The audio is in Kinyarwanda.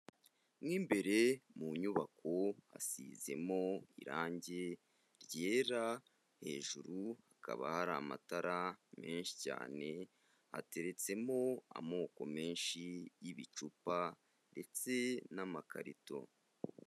Mo imbere mu nyubako hasizemo irangi ryera, hejuru hakaba hari amatara menshi cyane, hateretsemo amoko menshi y'ibicupa, ndetse n'amakarito.